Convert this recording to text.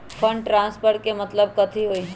Fund transfer के मतलब कथी होई?